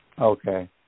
Okay